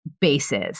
bases